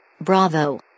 Bravo